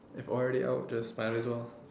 if already out just might as well